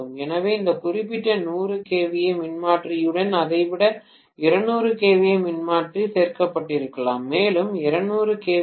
எனவே இந்த குறிப்பிட்ட 100 kVA மின்மாற்றியுடன் அதை விட 200 kVA மின்மாற்றி சேர்க்கப்பட்டிருக்கலாம் மேலும் 200 kVA